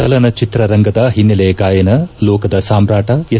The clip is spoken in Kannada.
ಚಲನಚಿತ್ರ ರಂಗದ ಹಿನ್ನೆಲೆ ಗಾಯನ ಲೋಕದ ಸಾಮಾಟ ಎಸ್